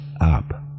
up